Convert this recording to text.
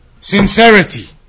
sincerity